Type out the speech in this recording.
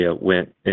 went